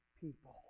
people